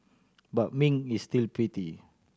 but Ming is still pretty